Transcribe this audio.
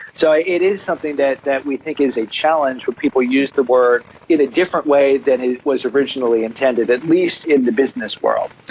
so it it is something that that we think is a challenge when people use the word in a different way than it was originally intended, at least in the business world.